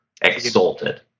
exalted